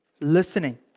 listening